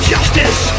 Justice